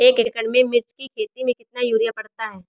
एक एकड़ मिर्च की खेती में कितना यूरिया पड़ता है?